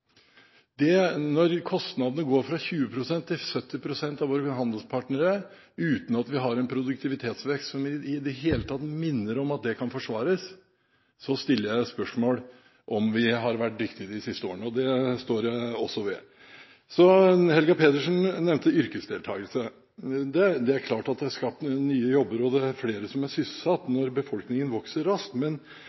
produktivitetsveksten. Når kostnadene går fra 20 pst. til 70 pst., sammenlignet med våre handelspartnere, uten at vi har en produktivitetsvekst som i det hele tatt minner om å kunne forsvares, stiller jeg spørsmål ved om vi har vært dyktige de siste årene. Det står jeg også ved. Helga Pedersen nevnte yrkesdeltakelse. Det er klart at det er skapt nye jobber, og at det er flere som er sysselsatt når befolkningen vokser raskt,